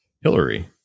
Hillary